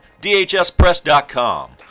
dhspress.com